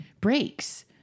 breaks